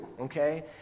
okay